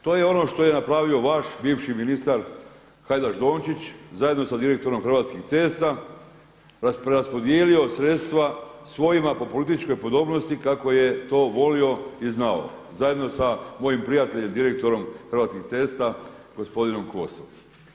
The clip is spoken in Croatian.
To je ono što je napravio vaš bivši ministar Hajdaš Dončić zajedno sa direktorom Hrvatskih cesta, preraspodijelio sredstva svojima po političkoj podobnosti kako je to volio i znao zajedno sa mojim prijateljem, direktorom Hrvatskih cesta gospodinom Kosom.